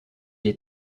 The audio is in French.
est